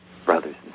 Brothers